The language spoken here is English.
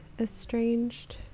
Estranged